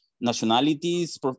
nationalities